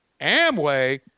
Amway